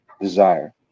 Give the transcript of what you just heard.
desire